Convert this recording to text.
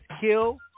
kill